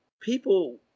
People